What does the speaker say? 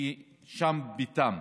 כי שם ביתם.